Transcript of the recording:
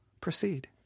proceed